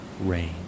rain